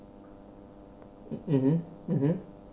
mmhmm